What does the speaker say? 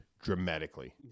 dramatically